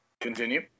Continue